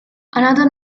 another